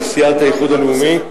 של סיעת האיחוד הלאומי: